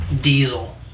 Diesel